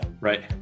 right